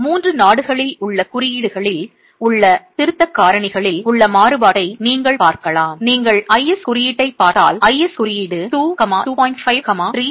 எனவே 3 நாடுகளில் உள்ள குறியீடுகளில் உள்ள திருத்தக் காரணிகளில் உள்ள மாறுபாட்டை நீங்கள் பார்க்கலாம் நீங்கள் IS குறியீட்டைப் பார்த்தால் IS குறியீடு 2 2